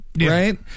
Right